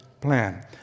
plan